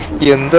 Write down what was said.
in